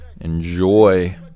Enjoy